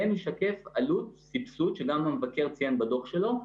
זה משקף עלות סבסוד שגם המבקר ציין בדוח שלו,